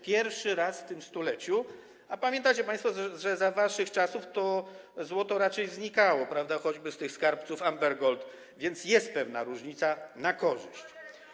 Pierwszy raz w tym stuleciu, a pamiętacie państwo, że za waszych czasów to złoto raczej znikało, choćby z tych skarbców Amber Gold, więc jest pewna różnica na korzyść.